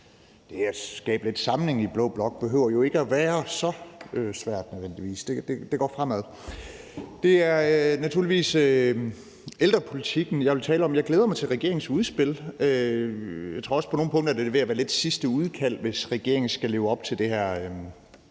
det at skabe lidt samling i blå blok jo ikke nødvendigvis behøver at være så svært. Det går fremad. Det er naturligvis ældrepolitikken, jeg vil tale om. Jeg glæder mig til regeringens udspil. Jeg tror også på nogle punkter, at det er ved at være sidste udkald, hvis regeringen skal leve op til det her